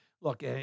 look